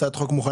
הצעת חוק מוכנה.